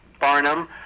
Barnum